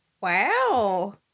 wow